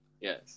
Yes